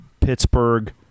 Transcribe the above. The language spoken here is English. Pittsburgh